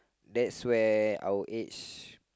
that's where our age